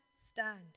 stand